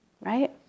right